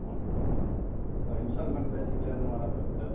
ஆ ஆ ஆ இன்ஸ்டால்மெண்ட் பேஸிஸ்ல எதுவும் வராதாங்க சார்